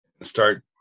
start